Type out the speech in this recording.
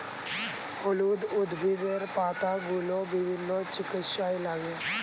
হলুদ উদ্ভিদের পাতাগুলো বিভিন্ন চিকিৎসায় লাগে